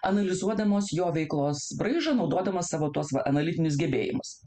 analizuodamos jo veiklos braižą naudodamos savo tuos va analitinius gebėjimus